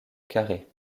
carré